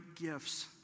gifts